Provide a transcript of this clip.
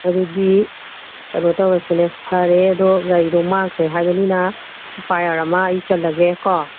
ꯑꯗꯨꯗꯤ ꯀꯩꯅꯣ ꯇꯧꯔꯁꯤꯅꯦ ꯐꯔꯦ ꯑꯗꯣ ꯒꯥꯔꯤꯗꯣ ꯃꯥꯡꯈ꯭ꯔꯦ ꯍꯥꯏꯕꯅꯤꯅ ꯑꯦꯐ ꯑꯥꯏ ꯑꯥꯔ ꯑꯃ ꯑꯩ ꯆꯜꯂꯒꯦ ꯀꯣ